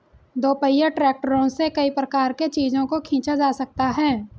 दोपहिया ट्रैक्टरों से कई प्रकार के चीजों को खींचा जा सकता है